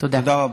תודה רבה.